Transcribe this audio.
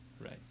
Right